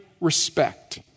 respect